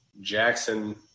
Jackson